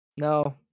no